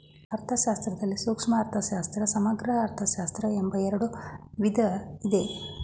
ಅರ್ಥಶಾಸ್ತ್ರದಲ್ಲಿ ಸೂಕ್ಷ್ಮ ಅರ್ಥಶಾಸ್ತ್ರ, ಸಮಗ್ರ ಅರ್ಥಶಾಸ್ತ್ರ ಎಂಬ ಎರಡು ವಿಧ ಇದೆ